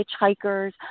hitchhikers